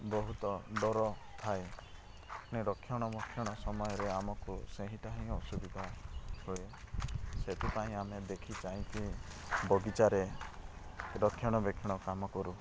ବହୁତ ଡର ଥାଏ ପୁଣି ରକ୍ଷଣବେକ୍ଷଣ ସମୟରେ ଆମକୁ ସେଇଟା ହିଁ ଅସୁବିଧା ହୁଏ ସେଥିପାଇଁ ଆମେ ଦେଖି ଚାହିଁ କି ବଗିଚାରେ ରକ୍ଷଣବେକ୍ଷଣ କାମ କରୁ